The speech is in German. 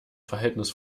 verhältnis